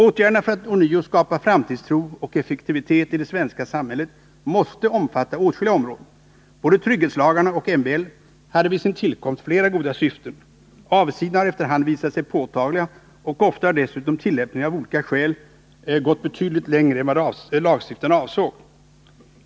Åtgärderna för att ånyo skapa framtidstro och effektivitet i det svenska samhället måste omfatta åtskilliga områden. Både trygghetslagarna och MBL hade vid sin tillkomst flera goda syften. Avigsidorna har efter hand visat sig påtagliga, och ofta har dessutom tillämpningen av olika skäl gått betydligt längre än vad lagstiftarna avsåg.